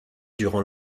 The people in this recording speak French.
durant